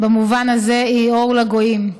במובן הזה, היא אור לגויים.